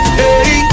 hey